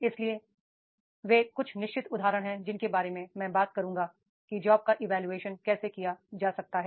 इसलिए ये प्रकार ये कुछ निश्चित उदाहरण हैं जिनके बारे में मैं बात करूंगा कि जॉब का इवोल्यूशन कैसे किया जा सकता है